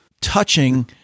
touching